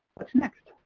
what's next?